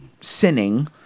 sinning